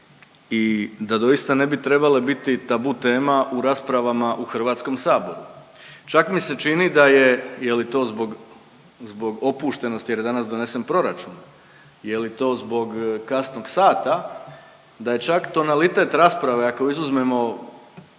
i da doista ne bi trebali biti tabu tema u raspravama u HS. Čak mi se čini da je, je li to zbog, zbog opuštenosti jer je danas donesen proračun, je li to zbog kasnog sata da je čak tonalitet rasprave ako izuzmemo